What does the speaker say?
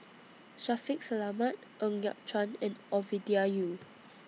Shaffiq Selamat Ng Yat Chuan and Ovidia Yu